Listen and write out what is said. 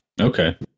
Okay